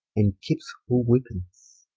and keepes whole weapons